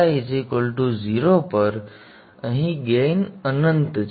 ω 0 પર અહીં ગેઇન અનંત છે